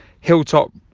Hilltop